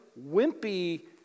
wimpy